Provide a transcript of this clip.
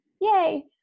Yay